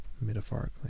metaphorically